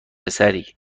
پسری